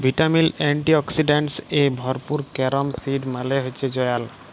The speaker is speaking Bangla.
ভিটামিল, এন্টিঅক্সিডেন্টস এ ভরপুর ক্যারম সিড মালে হচ্যে জয়াল